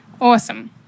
Awesome